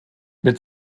mit